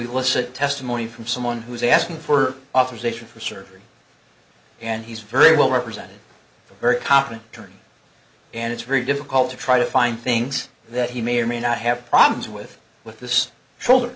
elicit testimony from someone who is asking for authorization for surgery and he's very well represented a very competent attorney and it's very difficult to try to find things that he may or may not have problems with with this shoulder